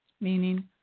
meaning